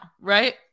right